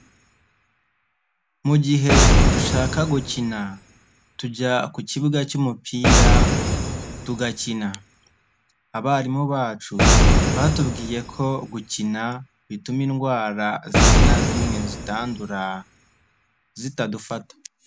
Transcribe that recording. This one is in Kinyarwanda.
Mu gihe dushaka gukina, tujya ku kibuga cy'umupira tugakina. Abarimu bacu batubwiye ko gukina bituma indwara zimwe na zimwe zitandura zitadufata.